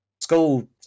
school